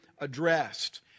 addressed